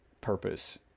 purpose